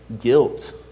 guilt